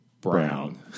Brown